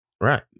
Right